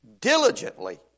diligently